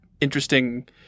interesting